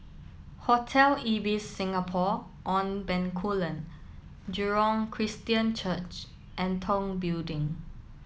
Hotel Ibis Singapore on Bencoolen Jurong Christian Church and Tong Building